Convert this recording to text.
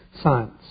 science